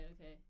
okay